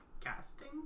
Casting